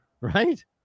Right